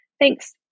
thanks